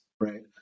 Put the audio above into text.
right